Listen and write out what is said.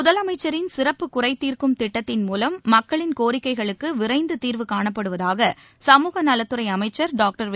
முதலமைச்சரின் சிறப்பு சுறைதீர்க்கும் திட்டத்தின் மூவம் மக்களின் கோரிக்கைகளுக்கு விரைந்து தீர்வு காணப்படுவதாக சமூக நலத்துறை அமைச்சர் டாக்டர் வெ